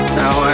now